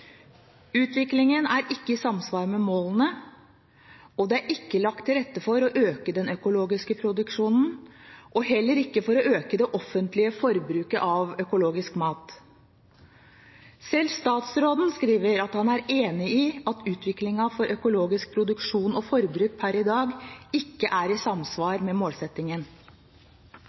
Utviklingen er ikke i samsvar med målene, og det er ikke lagt til rette for å øke den økologiske produksjonen, og heller ikke for å øke det offentlige forbruket av økologisk mat. Selv statsråden skriver at han er enig i at utviklingen for økologisk produksjon og forbruk per i dag ikke er i samsvar med målsettingen.